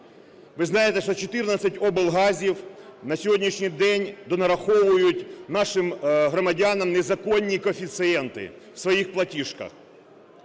Ви знаєте, що 14 облгазів на сьогоднішній день донараховують нашим громадянам незаконні коефіцієнти в своїх платіжках.